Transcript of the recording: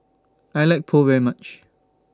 I like Pho very much